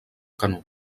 canó